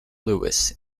louis